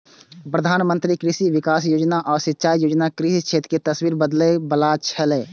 प्रधानमंत्री कृषि विकास योजना आ सिंचाई योजना कृषि क्षेत्र के तस्वीर बदलै बला छै